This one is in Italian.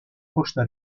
costa